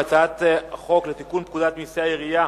חוק לתיקון פקודת מסי העירייה